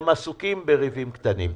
הם עסוקים בריבים קטנים.